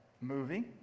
movie